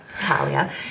Talia